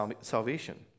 salvation